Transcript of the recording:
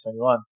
2021